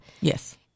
Yes